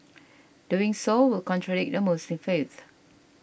doing so would contradict the Muslim faith